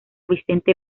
vicente